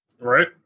right